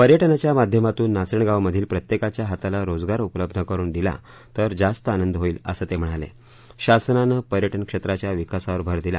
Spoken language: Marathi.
पर्यटनाच्या माध्यमातून नाचणगावमधील प्रत्येकाच्या हाताला रोजगार उपलब्ध करून दिला तर जास्त आनंद होईल असं ते म्हणाले शासनाने पर्यटन क्षेत्राच्या विकासावर भर दिला